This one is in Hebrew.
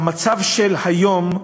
במצב של היום,